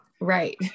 Right